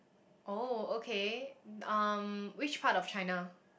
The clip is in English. oh okay um which part of China